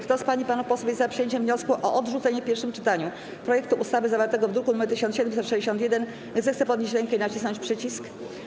Kto z pań i panów posłów jest za przyjęciem wniosku o odrzucenie w pierwszym czytaniu projektu ustawy zawartego w druku nr 1761, zechce podnieść rękę i nacisnąć przycisk.